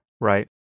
right